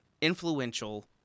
influential